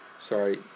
Sorry